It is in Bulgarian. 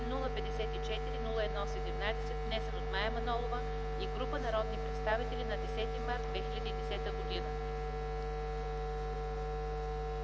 054-01-17, внесен от Мая Манолова и група народни представители на 10 март 2010 г.”